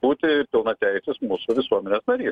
būti pilnateisis mūsų visuomenės narys